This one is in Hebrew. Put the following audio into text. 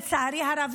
לצערי הרב,